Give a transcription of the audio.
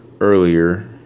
earlier